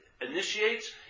initiates